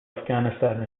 afghanistan